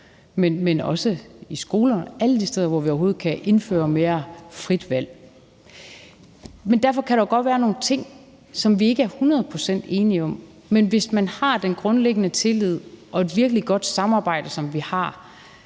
men også i skolerne, alle steder, hvor vi overhovedet kan indføre mere frit valg. Derfor kan der jo godt være nogle ting, som vi ikke er hundrede procent enige om, men hvis man har den grundlæggende tillid og et virkelig godt samarbejde, som vi har,